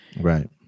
Right